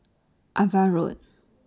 AVA Road